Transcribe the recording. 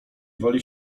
woli